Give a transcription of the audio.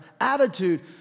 attitude